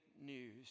news